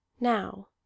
Now